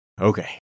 Okay